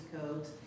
codes